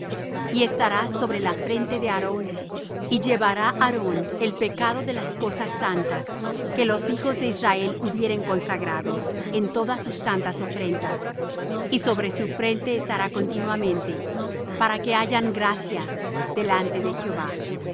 y estará sobre la frente de aarón y llevará aarón el pecado de las cosas santas que los hijos de israel hubieren consagrado en todas sus santas ofrendas y sobre su frente estará continuamente para que hayan gracia delante de jehová